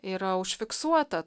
yra užfiksuota